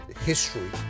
History